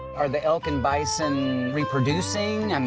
are the elk and bison reproducing? and